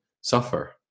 suffer